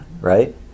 right